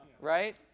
right